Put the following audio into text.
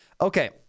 Okay